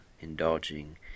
indulging